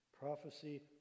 Prophecy